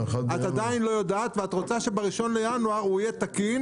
את עדיין לא יודעת ואת רוצה שב-1 בינואר הוא יהיה תקין